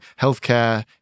healthcare